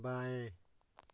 बाएँ